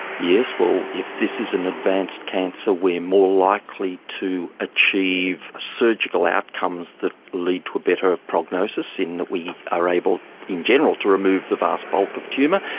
yes, well, if this is an advanced cancer we are more likely to achieve surgical outcomes that lead to a better prognosis in that we are able in general to remove the vast bulk of tumour.